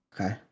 Okay